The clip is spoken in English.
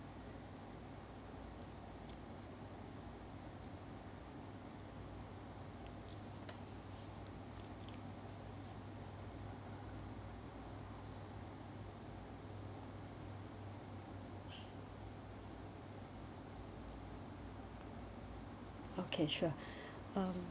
okay sure um